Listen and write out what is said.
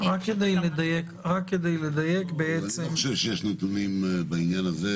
אני לא חושב שיש נתונים בעניין הזה,